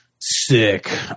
Sick